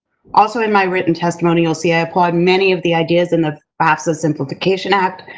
also in my written testimony, you'll see, i applaud many of the ideas in the fafsa simplification act,